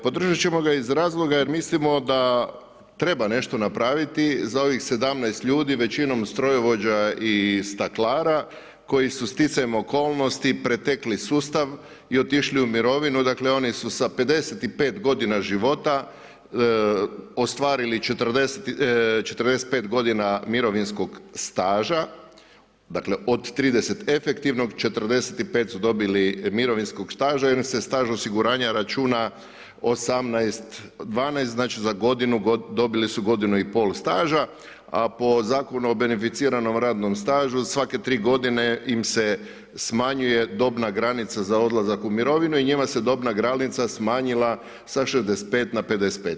Podržat ćemo ga iz razloga jer mislimo da treba nešto napraviti za ovih 17 ljudi većinom strojovođa i staklara koji su stjecajem okolnosti pretekli sustav i otišli u mirovinu, dakle, oni su sa 55 godina života ostvarili 45 godina mirovinskog staža, dakle, od 30 efektivnog 45 su dobili mirovinskog staža jer im se staž osiguranja računa 18, 12, znači za godinu dobili su godinu i pol staža, a po Zakonu o beneficiranom radnom stažu svake tri godine im se smanjuje dobna granica za odlazak u mirovinu i njima se dobna granica smanjila sa 65 na 55.